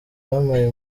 wampaye